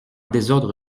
désordre